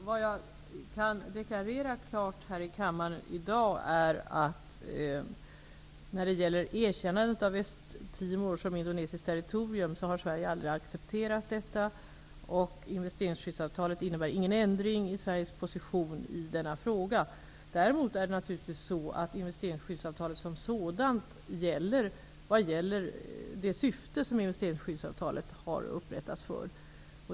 Fru talman! Vad jag klart kan deklarera här i kammaren i dag är att Sverige aldrig har erkänt Östtimor som indonesiskt territorium och att investeringsskyddsavtalet inte innebär någon ändring i Sveriges position i denna fråga. Däremot gäller naturligtvis investeringsskyddsavtalet som sådant för det syfte som det har upprättats för.